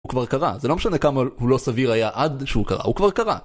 הוא כבר קרה, זה לא משנה כמה הוא לא סביר היה עד שהוא קרה, הוא כבר קרה